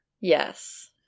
Yes